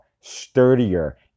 sturdier